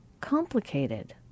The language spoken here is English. complicated